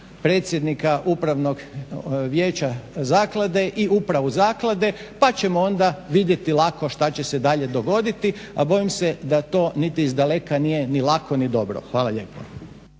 predsjednika Upravnog vijeća zaklade i Upravu zaklade pa ćemo onda vidjeti lako što će se dalje dogoditi. A bojim se da to niti izdaleka nije ni lako ni dobro. Hvala lijepa.